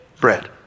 bread